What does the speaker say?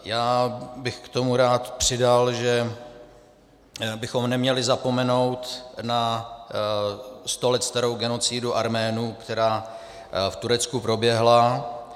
Já bych k tomu rád přidal, že bychom neměli zapomenout na sto let starou genocidu Arménů, která v Turecku proběhla.